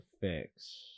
fix